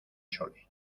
chole